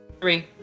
Three